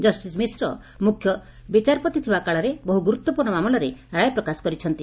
justice Mishra ମୁଖ୍ୟ ବିଚାରପତି ଥିବା କାଳରେ ବହୁ ଗୁରୁତ୍ୱପୂର୍ଣ୍ଣ ମାମଲାରେ ରାୟ ପ୍ରକାଶ କରିଛନ୍ତି